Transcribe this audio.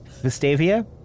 Vestavia